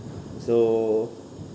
so